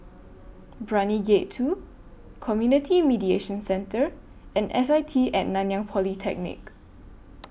Brani Gate two Community Mediation Centre and S I T At Nanyang Polytechnic